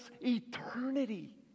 eternity